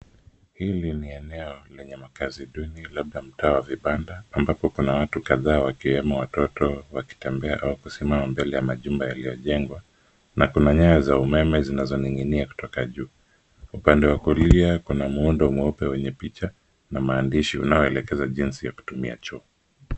Hili ni eneo lenye makaazi duni labda mtaa wa vibanda ambapo kuna watu kadhaa wakiwemo watoto wakitembea au kusimama mbele ya majumba yaliyojengwa na kuna nyaya za umeme zinazoning'inia. Upande wa kulia kuna muundo mweupe wenye picha na maandishi unaoelekeza jinsi ya kutumia choo.